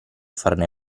farne